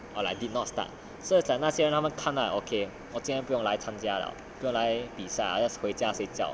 or like did not start so it's like 那些他们看 lah okay 我今天不用来参加了不用来比赛了 just 回家睡觉了